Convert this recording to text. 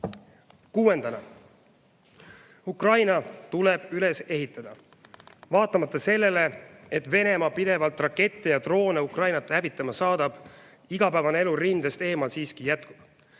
Kuuendana, Ukraina tuleb üles ehitada. Vaatamata sellele, et Venemaa pidevalt rakette ja droone Ukrainat hävitama saadab, igapäevane elu rindest eemal siiski jätkub.